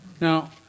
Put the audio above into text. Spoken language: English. Now